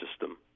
system